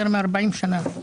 יותר מ-40 שנה.